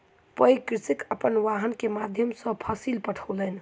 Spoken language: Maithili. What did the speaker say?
पैघ कृषक अपन वाहन के माध्यम सॅ फसिल पठौलैन